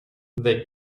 the